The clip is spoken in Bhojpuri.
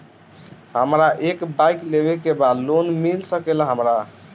हमरा एक बाइक लेवे के बा लोन मिल सकेला हमरा?